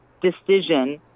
decision